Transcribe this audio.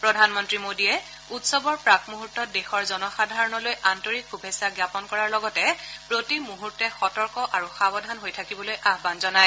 প্ৰধানমন্ত্ৰী মোদীয়ে উৎসৱৰ প্ৰাক্ মুহূৰ্তত দেশৰ জনসাধাৰণলৈ আন্তৰিক শুভেচ্ছা জাপন কৰাৰ লগতে প্ৰতি মুহুৰ্তে সতৰ্ক আৰু সাৱধান হৈ থাকিবলৈ আহ্বান জনায়